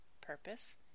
Purpose